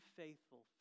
faithful